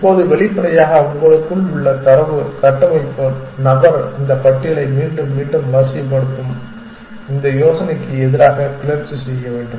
இப்போது வெளிப்படையாக உங்களுக்குள் உள்ள தரவு கட்டமைப்பு நபர் இந்த பட்டியலை மீண்டும் மீண்டும் வரிசைப்படுத்தும் இந்த யோசனைக்கு எதிராக கிளர்ச்சி செய்ய வேண்டும்